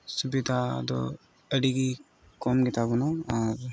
ᱥᱩᱵᱤᱫᱷᱟ ᱫᱚ ᱟᱹᱰᱤᱜᱮ ᱠᱚᱢ ᱜᱮᱛᱟᱵᱚᱱᱟ ᱟᱨ